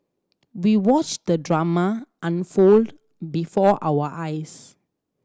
we watched the drama unfold before our eyes